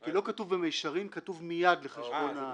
כי לא כתוב "במישרין", כתוב "מייד" לחשבון הבנק.